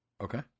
Okay